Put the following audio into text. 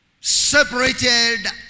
separated